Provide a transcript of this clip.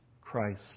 Christ